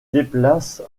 déplace